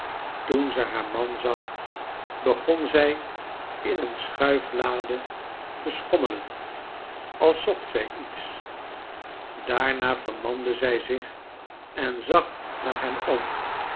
toen ze haar man zag begon zij in een schuiflade te schommelen als zocht zij iets daarna vermande zij zich en zag naar hem om